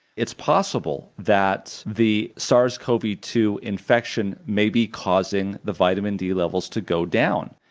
it's possible that the sars cov two infection may be causing the vitamin d levels to go down,